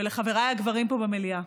ולחבריי הגברים פה במליאה.